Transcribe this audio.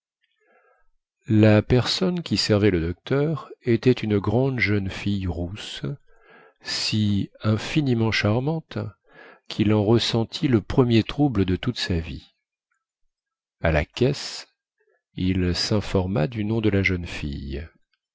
la personne qui servait le docteur était une grande jeune fille rousse si infiniment charmante quil en ressentit le premier trouble de toute sa vie à la caisse il sinforma du nom de la jeune fille